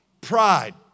Pride